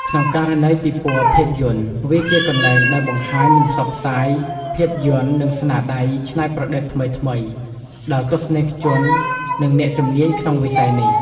ក្នុងករណីពិព័រណ៍ភាពយន្ត វាជាកន្លែងដែលបង្ហាញ និងផ្សព្វផ្សាយភាពយន្ត និងស្នាដៃច្នៃប្រឌិតថ្មីៗ ដល់ទស្សនិកជន និងអ្នកជំនាញក្នុងវិស័យនេះ។